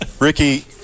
Ricky